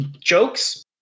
jokes